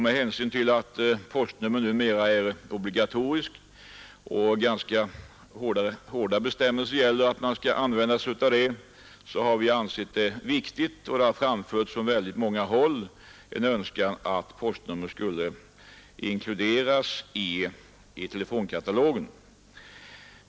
Eftersom postnummer numera är obligatoriska och då ganska hårda bestämmelser finns om att man skall använda sig av sådana nummer har vi ansett det vara viktigt — och det har också från många håll framförts önskemål härom — att postnummer skall medtagas i telefonkatalogen.